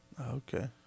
Okay